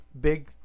Big